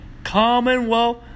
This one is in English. Commonwealth